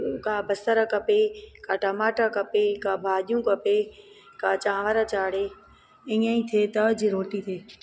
का बसर कपे का टमाटा कपे का भाॼियूं कपे का चांवर चाढ़े ईअं ई थिए त अॼु रोटी थिए